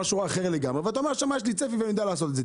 אירוע אחר לגמרי ואתה אומר ששם יש לי צפי ואני יודע לעשות את זה.